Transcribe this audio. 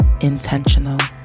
intentional